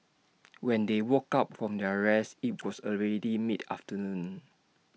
when they woke up from their rest IT was already mid afternoon